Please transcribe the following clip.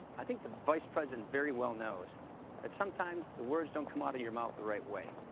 i think the vice president very well knows that sometimes the words don't come out of your mouth the right way.